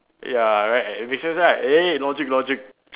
ya right business right eh logic logic